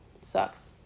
Sucks